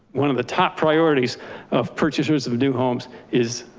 one of the top priorities of purchasers of new homes is,